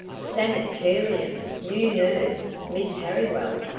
sanitarium! new nurse! miss harriwell!